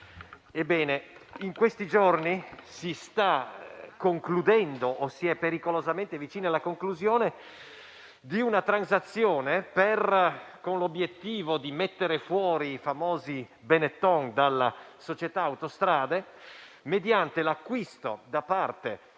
In questi giorni, si è pericolosamente vicini alla conclusione di una transazione, con l'obiettivo di mettere fuori i famosi Benetton dalla società Autostrade per l'Italia, mediante l'acquisto, da parte